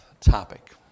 topic